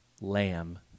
lamb